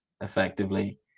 effectively